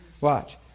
Watch